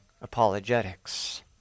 apologetics